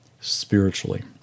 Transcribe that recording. spiritually